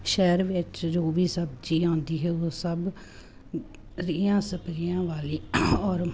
ਸ਼ਹਿਰ ਵਿੱਚ ਜੋ ਵੀ ਸਬਜ਼ੀ ਆਉਂਦੀ ਹੈ ਉਹ ਸਭ ਰੇਹਾਂ ਸਪਰੇਹਾਂ ਵਾਲੀ ਔਰ